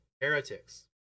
heretics